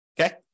Okay